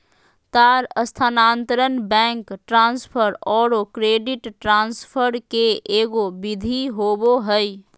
तार स्थानांतरण, bank transfer औरो क्रेडिट ट्रांसफ़र के एगो विधि होबो हइ